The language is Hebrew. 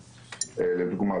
לדוגמה,